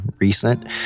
recent